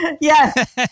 Yes